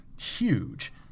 huge